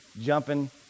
jumping